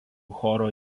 choro